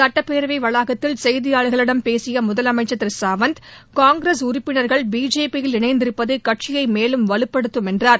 சுட்டப்பேரவை வளாகத்தில் செய்தியாளர்களிடம் பேசிய முதலமைச்சர் திரு சாவந்த் காங்கிரஸ் உறுப்பினர்கள் பிஜேபியில் இணைந்திருப்பது கட்சியை மேலும் வலுப்படுத்தும் என்றார்